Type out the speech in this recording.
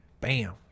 Bam